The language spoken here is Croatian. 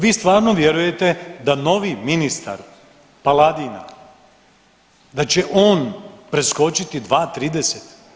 Vi stvarno vjerujete da novi ministar Paladina, da će on preskočiti 2,30?